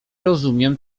rozumiem